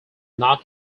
not